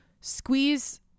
squeeze